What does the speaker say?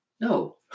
No